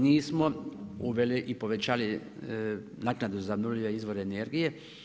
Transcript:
Nismo uveli i povećali naknadu za obnovljive izvore energije.